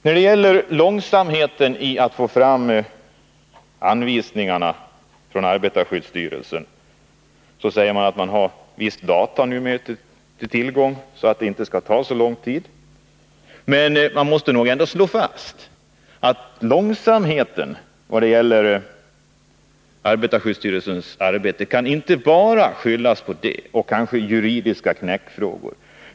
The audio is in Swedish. När det gäller frågan om varför det går så långsamt att få fram anvisningar från arbetarskyddsstyrelsen säger utskottet att arbetarskyddsstyrelsen numera har tillgång till viss datateknik och att det här arbetet i fortsättningen inte kommer att ta så lång tid. Man måste nog ändå slå fast att långsamheten vad gäller arbetarskyddsstyrelsens utarbetande av anvisningar inte bara kan skyllas på arbetssituationen eller på juridiska knäckfrågor.